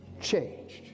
changed